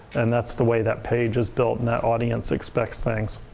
and that's the way that page is built and that audience expects things.